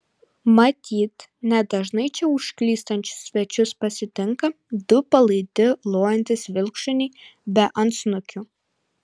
matyt nedažnai čia užklystančius svečius pasitinka du palaidi lojantys vilkšuniai be antsnukių